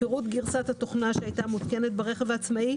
פירוט גרסת התוכנה שהייתה מותקנת ברכב העצמאי,